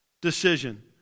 decision